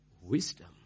Wisdom